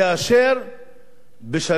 חבר הכנסת חמד עמאר, אתה בקי בנושא.